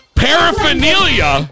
paraphernalia